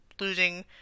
losing